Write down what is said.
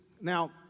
Now